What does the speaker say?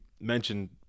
mentioned